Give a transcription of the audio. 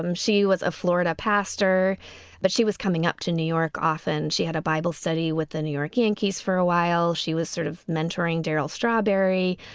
um she was a florida pastor but she was coming up to new york often. she had a bible study with the new york yankees for a while she was sort of mentoring darryl strawberry.